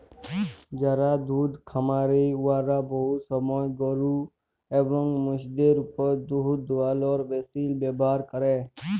যারা দুহুদ খামারি উয়ারা বহুত সময় গরু এবং মহিষদের উপর দুহুদ দুয়ালোর মেশিল ব্যাভার ক্যরে